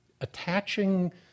attaching